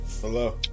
Hello